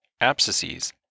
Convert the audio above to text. abscesses